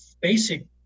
basic